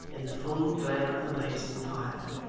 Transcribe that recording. in the full glare of the blazing fire.